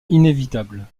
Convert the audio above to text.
inévitable